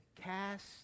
Cast